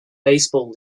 baseball